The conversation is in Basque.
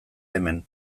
hemen